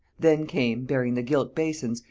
then came, bearing the gilt basins,